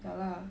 ya lah